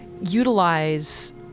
utilize